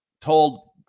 told